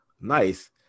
nice